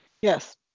Yes